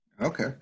Okay